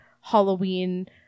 halloween